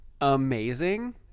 amazing